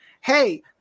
hey